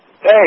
Hey